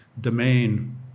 domain